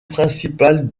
principale